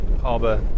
Harbour